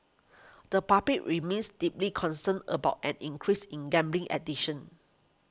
the public remains deeply concerned about an increase in gambling addiction